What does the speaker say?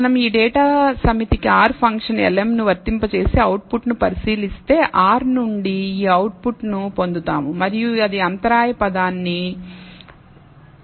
మనం ఈ డేటా సమితికి R ఫంక్షన్ lm ను వర్తింపజేసి అవుట్పుట్ పరిశీలిస్తే R నుండి ఈ అవుట్పుట్ను పొందుతాము మరియు అది అంతరాయ పదాన్ని 24